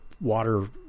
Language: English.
water